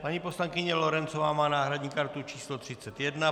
Paní poslankyně Lorencová má náhradní kartu číslo 31.